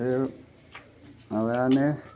बै माबायानो